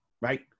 Right